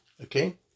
Okay